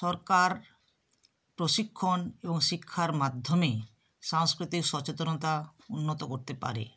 সরকার প্রশিক্ষণ এবং শিক্ষার মাধ্যমেই সাংস্কৃতিক সচেতনতা উন্নত করতে পারে